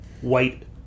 white